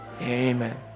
Amen